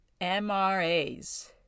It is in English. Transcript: MRAs